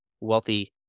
wealthy